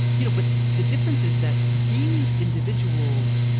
you know, but the difference is that these individuals,